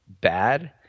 bad